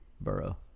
Burrow